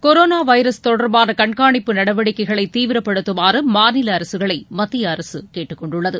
corona virus தொடர்பான கண்காணிப்பு நடவடிக்கைகளை தீவிரப்படுத்துமாறு மாநில அரசுகளை மத்திய அரசு கேட்டுக் கொண்டுள்ளது